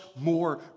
more